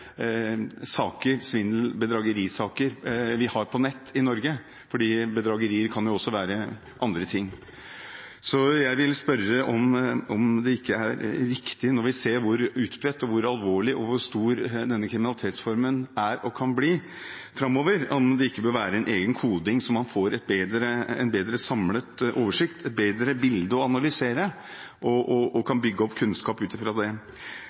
jo også være andre ting. Så jeg vil spørre, når vi ser hvor utbredt, hvor alvorlig og hvor stor denne kriminalitetsformen er og kan bli framover, om det ikke bør være en egen koding, slik at man får en bedre samlet oversikt, et bedre bilde å analysere – og kan bygge opp kunnskap ut fra det.